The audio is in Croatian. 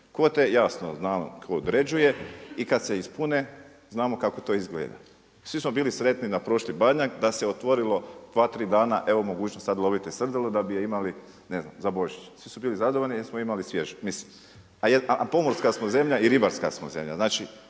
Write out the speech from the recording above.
Kvote jasno znamo tko određuje i kad se ispune znamo kako to izgleda. Svi smo bili sretni na prošli Badnjak da se otvorilo dva, tri dana evo mogućnost sad lovite srdelu da bi je imali ne znam za Božić. Svi su bili zadovoljni jer smo imali svježu. Mislim a pomorska smo zemlja i ribarska smo zemlja.